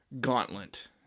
gauntlet